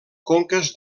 conques